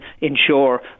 ensure